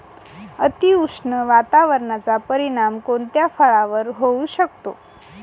अतिउष्ण वातावरणाचा परिणाम कोणत्या फळावर होऊ शकतो?